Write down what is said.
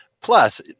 Plus